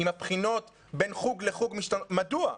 מדוע?